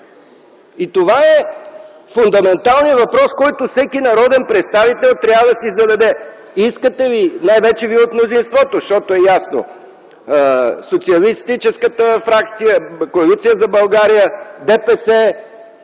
Това е фундаменталният въпрос, който всеки народен представител трябва да си зададе: „Искате ли, най-вече вие от мнозинството?” Защото е ясно – социалистическата фракция, Коалиция за България,